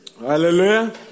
Hallelujah